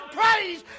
praise